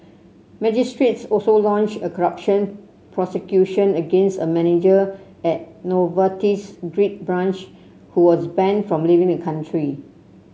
magistrates also launched a corruption prosecution against a manager at Novartis's Greek branch who was banned from leaving the country